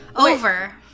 Over